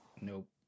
Nope